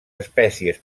espècies